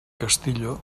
castillo